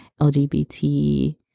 LGBT